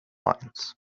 lines